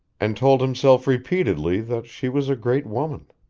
and told himself repeatedly that she was a great woman,